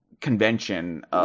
convention